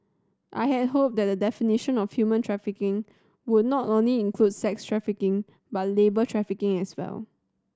I had hoped that the definition of human trafficking would not only include sex trafficking but labour trafficking as well